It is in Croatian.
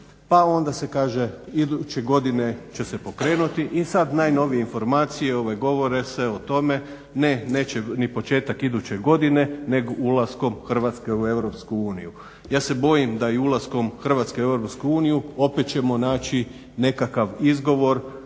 pa onda se kaže iduće godine će se pokrenuti i sada najnovije informacije govore se o tome ne neće ni početak iduće godine nego ulaskom Hrvatske u EU. Ja se bojim da i sa ulaskom Hrvatske u EU opet ćemo naći nekakav izgovor